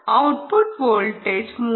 output voltage 3